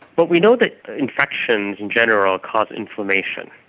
but we know that infections in general cause inflammation,